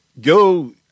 go